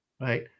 Right